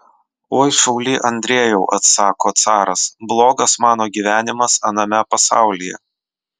oi šauly andrejau atsako caras blogas mano gyvenimas aname pasaulyje